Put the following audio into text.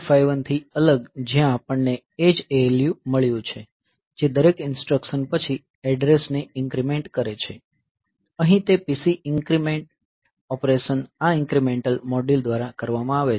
8051થી અલગ જ્યાં આપણને એ જ ALU મળ્યું છે જે દરેક ઇન્સટ્રકશન પછી એડ્રેસને ઇન્ક્રીમેન્ટ કરે છે અહીં તે PC ઇન્ક્રીમેન્ટ ઓપરેશન આ ઇન્ક્રીમેન્ટલ મોડ્યુલ દ્વારા કરવામાં આવે છે